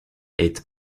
est